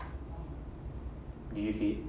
did you see it